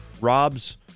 Rob's